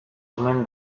omen